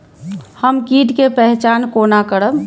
हम कीट के पहचान कोना करब?